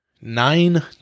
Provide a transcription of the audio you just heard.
nine